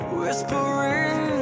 whispering